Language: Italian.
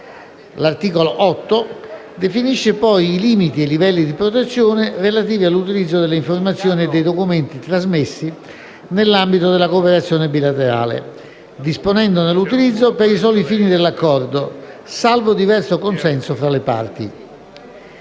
particolare, definisce i limiti e i livelli di protezione relativi all'utilizzo delle informazioni e dei documenti trasmessi nell'ambito della cooperazione bilaterale, disponendone un utilizzo per i soli fini dell'Accordo, salvo diverso consenso fra le Parti.